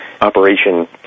Operation